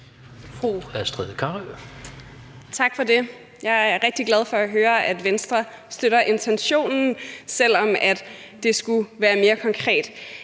Tak for det. Jeg er rigtig glad for at høre, at Venstre støtter intentionen, selv om det skulle være mere konkret.